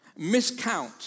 miscount